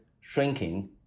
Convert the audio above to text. shrinking